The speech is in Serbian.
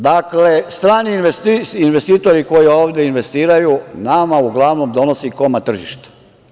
Dakle, strani investitori koji ovde investiraju nama uglavnom donose komad tržišta.